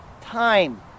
time